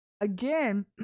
Again